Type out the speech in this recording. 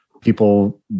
people